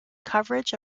coverage